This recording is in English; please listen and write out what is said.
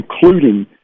including